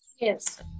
Yes